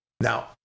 Now